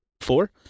Four